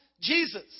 Jesus